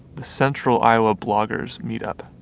the central iowa bloggers meet-up